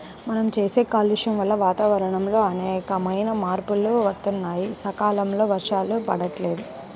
మనం చేసే కాలుష్యం వల్ల వాతావరణంలో అనేకమైన మార్పులు వత్తన్నాయి, సకాలంలో వర్షాలు పడతల్లేదు